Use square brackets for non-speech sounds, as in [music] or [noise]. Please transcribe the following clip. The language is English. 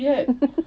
[noise]